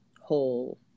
whole